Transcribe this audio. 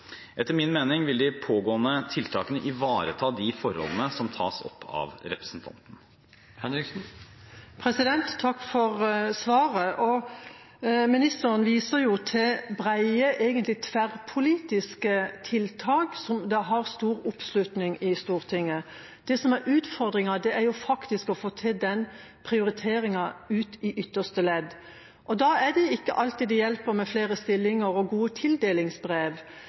Etter min mening vil de pågående tiltakene ivareta de forholdene som tas opp av representanten. Takk for svaret. Ministeren viser til brede, egentlig tverrpolitiske tiltak som har stor oppslutning i Stortinget. Det som er utfordringen, er faktisk å få til den prioriteringen ute i ytterste ledd. Da er det ikke alltid det hjelper med flere stillinger og gode tildelingsbrev.